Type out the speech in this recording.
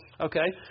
Okay